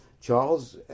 Charles